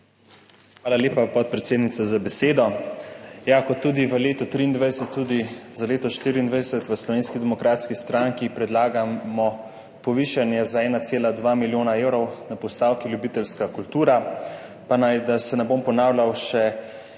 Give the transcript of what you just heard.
Hvala lepa, podpredsednica, za besedo. Kot v letu 2023 tudi za leto 2024 v Slovenski demokratski stranki predlagamo povišanje za 1,2 milijona evrov na postavki Ljubiteljska kultura. Da se ne bom ponavljal še